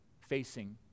facing